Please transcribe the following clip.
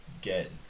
get